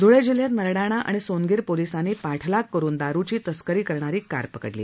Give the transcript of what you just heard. धुळे जिल्ह्यात नरडाणा आणि सोनगीर पोलिसांनी पाठलाग करुन दारूची तस्करी करणारी कार पकडली